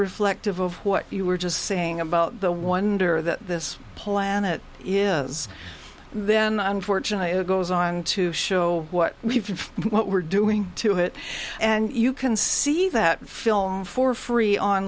reflective of what you were just saying about the wonder that this planet is then unfortunately it goes on to show what we were doing to it and you can see that film for free on